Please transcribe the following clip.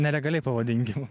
nelegaliai pavadinkim